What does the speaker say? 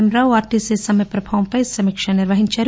ఎం Rao RTC సమ్మె ప్రభావంపై సమీక్ష నిర్వహించారు